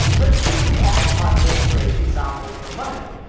let's stick with the occupy wall street example for a moment.